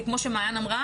כי כמו שמעין אדם אמרה